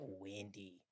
windy